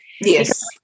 Yes